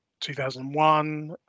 2001